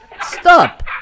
Stop